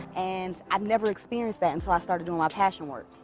and i've never experienced that until i started doing my passion work.